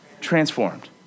Transformed